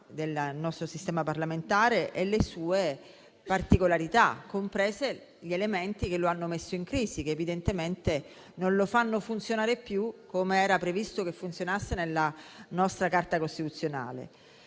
del nostro sistema parlamentare e le sue particolarità, compresi gli elementi che lo hanno messo in crisi, che evidentemente non lo fanno funzionare più come era previsto che funzionasse nella nostra Carta costituzionale.